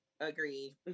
Agreed